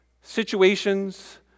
situations